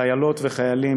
חיילות וחיילים,